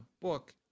book